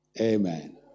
Amen